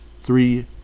three